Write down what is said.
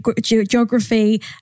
geography